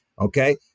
okay